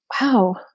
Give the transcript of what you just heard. wow